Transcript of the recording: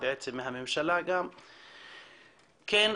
בעצם גם מהממשלה כן,